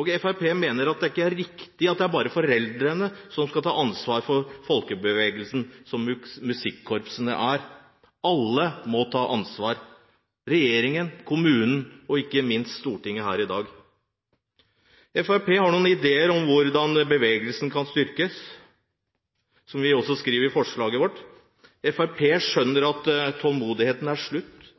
Fremskrittspartiet mener at det ikke er riktig at det bare er foreldrene som skal ta ansvar for den folkebevegelsen som musikkorpsene er. Alle må ta ansvar: regjeringen, kommunen og, ikke minst, Stortinget her i dag. Fremskrittspartiet har noen ideer om hvordan bevegelsen kan styrkes, som vi også skriver i forslaget vårt. Fremskrittspartiet skjønner at tålmodigheten er slutt.